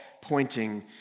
pointing